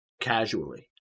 casually